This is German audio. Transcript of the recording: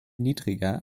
niedriger